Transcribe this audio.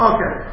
Okay